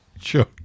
Sure